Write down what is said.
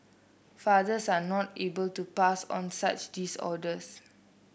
fathers are not able to pass on such disorders